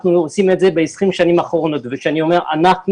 אנחנו עושים את זה במשך 20 השנים האחרונות וכשאני אומר אנחנו,